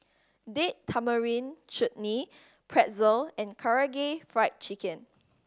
Date Tamarind Chutney Pretzel and Karaage Fried Chicken